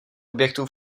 objektů